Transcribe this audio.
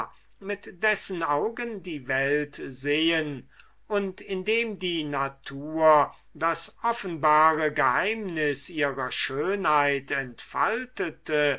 mit dessen augen die welt sehen und indem die natur das offenbare geheimnis ihrer schönheit entfaltete